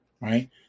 right